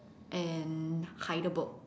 and Heidelberg